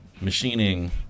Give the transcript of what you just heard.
machining